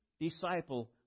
disciple